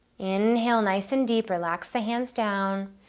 inhale nice and deep, relax the hands down